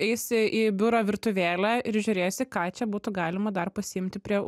eisi į biuro virtuvėlę ir žiūrėsi ką čia būtų galima dar pasiimti prie